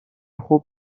خوب